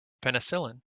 penicillin